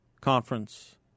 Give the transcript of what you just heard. conference